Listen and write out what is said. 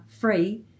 free